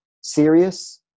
serious